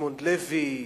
אדמונד לוי,